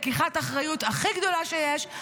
לקיחת אחריות הכי גדולה שיש,